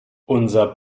unser